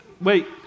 Wait